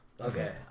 okay